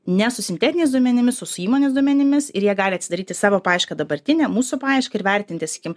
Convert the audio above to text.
ne su sintetiniais duomenimis o su įmonės duomenimis ir jie gali atsidaryti savo paiešką dabartinę mūsų paiešką ir vertinti sakykim